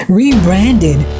rebranded